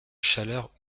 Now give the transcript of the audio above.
chaleur